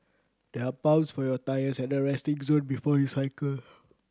there are pumps for your tyres at the resting zone before you cycle